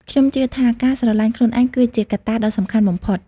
ខ្ញុំជឿថាការស្រឡាញ់ខ្លួនឯងគឺជាកត្តាដ៏សំខាន់បំផុត។